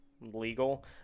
legal